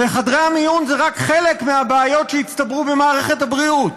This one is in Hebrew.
וחדרי המיון הם רק חלק מהבעיות שהצטברו במערכת הבריאות.